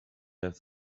have